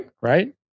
Right